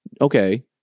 Okay